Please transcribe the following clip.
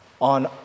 on